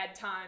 time